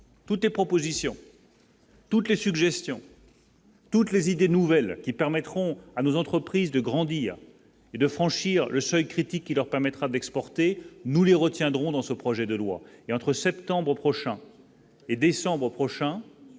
toutes les propositions. Toutes les suggestions. Toutes les idées nouvelles qui permettront à nos entreprises de grandir et de franchir le seuil critique qui leur permettra d'exporter, nous les retiendrons dans ce projet de loi et entre septembre prochain et décembre prochain